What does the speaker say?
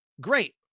Great